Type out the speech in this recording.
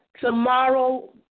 Tomorrow